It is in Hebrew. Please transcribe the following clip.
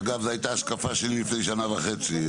אגב, זו הייתה ההשקפה שלי לפני שנה וחצי.